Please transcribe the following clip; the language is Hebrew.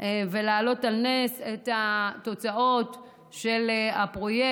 ולהעלות על נס את התוצאות של הפרויקט,